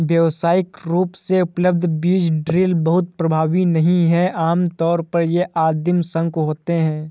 व्यावसायिक रूप से उपलब्ध बीज ड्रिल बहुत प्रभावी नहीं हैं आमतौर पर ये आदिम शंकु होते हैं